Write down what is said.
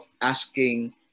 asking